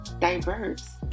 diverse